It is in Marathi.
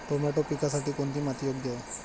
टोमॅटो पिकासाठी कोणती माती योग्य आहे?